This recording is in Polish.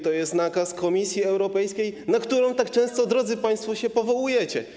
To jest nakaz Komisji Europejskiej, na którą tak często, drodzy państwo, się powołujecie.